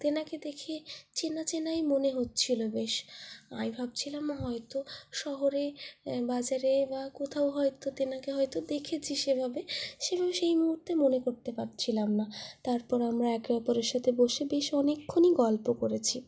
তেনাকে দেখে চেনা চেনাই মনে হচ্ছিলো বেশ আমি ভাবছিলাম হয়তো শহরে বাজারে বা কোথাও হয়তো তেনাকে হয়তো দেখেছি সেভাবে সেই মুহূর্তে মনে করতে পারছিলাম না তারপর আমরা একে অপরের সাথে বসে বেশ অনেকক্ষণই গল্প করেছি